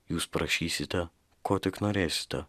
jūs prašysite ko tik norėsite